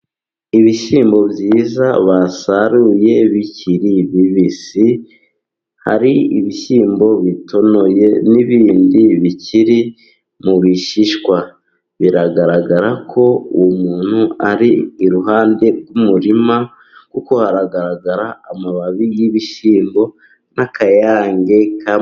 Ibishyimbo byiza basaruye bikiri bibisi. Hari ibishyimbo bitonoye, n'ibindi bikiri mu bishishwa. Biragaragara ko uwo muntu ari iruhande rw'umurima, kuko haragaragara amababi y'ibishyimbo n'akayange ka.... .